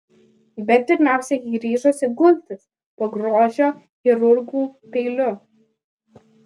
bet pirmiausia ji ryžosi gultis po grožio chirurgų peiliu